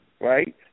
right